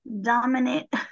Dominant